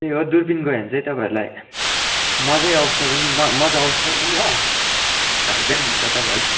त्यही हो दुर्पिन गयोभने चाहिँ तपाईँहरूलाई मजै आउँछ मजा आउँछ पनि हो फाइदा पनि हुन्छ तपाईँहरूलाई